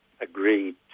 agreed